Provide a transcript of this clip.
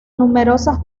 numerosas